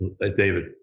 David